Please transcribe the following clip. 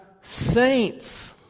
saints